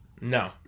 no